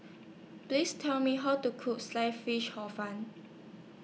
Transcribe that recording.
Please Tell Me How to Cook Sliced Fish Hor Fun